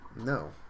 No